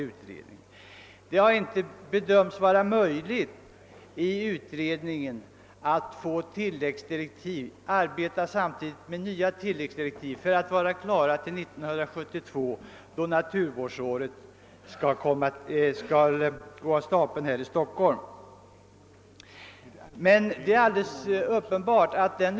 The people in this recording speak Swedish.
Utredningen har inte bedömt det vara möjligt att arbeta enligt nya tilläggsdirektiv om den skall bli klar 1972, då naturvårdskonferensen skall hållas i Stockholm.